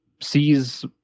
sees